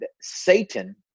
Satan